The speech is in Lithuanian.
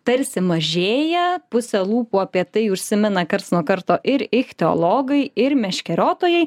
tarsi mažėja puse lūpų apie tai užsimena karts nuo karto ir ichteologai ir meškeriotojai